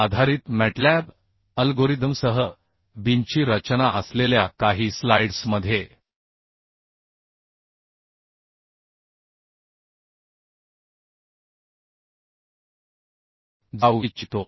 आधारित मॅटलॅब अल्गोरिदमसह बीमची रचना असलेल्या काही स्लाइड्समध्ये जाऊ इच्छितो